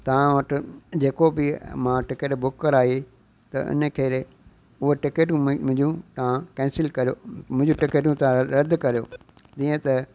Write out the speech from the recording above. तव्हां वटि जेको बि मां टिकट बुक कराई त इन करे उहा टिकट मुंहिंजियूं तव्हां कैंसिल करियो मुंहिंजी टिकटियूं तव्हां रदि करियो जीअं त